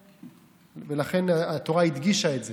לכן התורה הדגישה את זה,